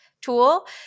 tool